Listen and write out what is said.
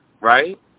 right